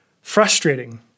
frustrating